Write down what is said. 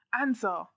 answer